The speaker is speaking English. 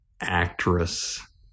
actress